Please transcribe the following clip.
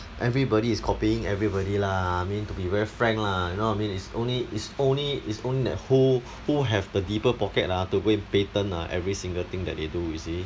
everybody is copying everybody lah I mean to be very frank lah you know what I mean it's only it's only it's on~ who who have the deeper pocket ah to go and patent ah every single thing that they do you see